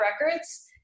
Records